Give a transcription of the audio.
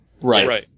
Right